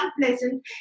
unpleasant